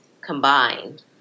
combined